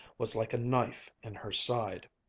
was like a knife in her side.